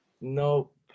Nope